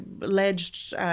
alleged